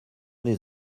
des